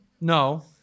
No